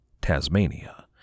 Tasmania